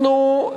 אנחנו,